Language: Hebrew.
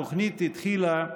התוכנית התחילה,